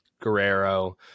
Guerrero